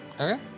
Okay